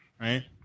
right